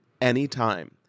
anytime